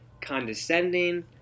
condescending